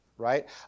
Right